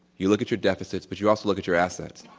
you look at your deficits, but you also look at your assets.